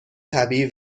طبیعی